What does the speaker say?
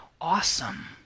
awesome